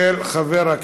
מס' 8235, של חבר הכנסת